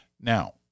Now